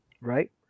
Right